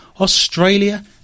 Australia